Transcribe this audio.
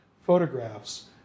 photographs